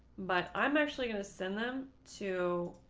but i'm actually going to send them to.